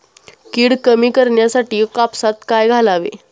कीड कमी करण्यासाठी कापसात काय घालावे?